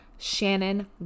Shannon